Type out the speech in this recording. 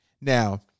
Now